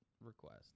request